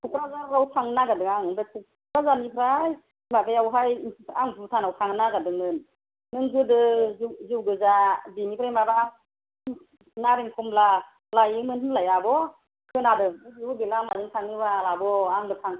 क'क्राझाराव थांनो नागिरदों आं ओमफ्राय क'क्राझारनिफ्राय माबायावहाय आं भुटान आव थांनो नागिरदोंमोन नों गोदो जौ गोजा बेनिफ्राय माबा नारें खमला लायोमोन होनलाय आब' खोनादों बबे बबे लामाजों थाङो बाल आब' आंबो थांनो